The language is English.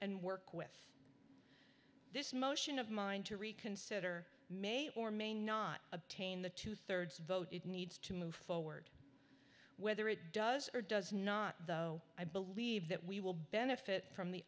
and work with this motion of mind to reconsider may or may not obtain the two thirds vote it needs to move forward whether it does or does not though i believe that we will benefit from the